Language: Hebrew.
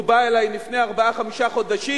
הוא בא אלי לפני ארבעה-חמישה חודשים,